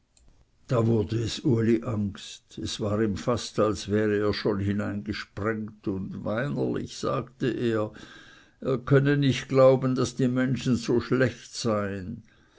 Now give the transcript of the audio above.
da wurde es uli angst es war ihm fast als wäre er schon hineingesprengt und weinerlich sagte er er könne nicht glauben daß die menschen so schlecht seien